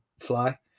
fly